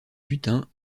butin